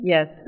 Yes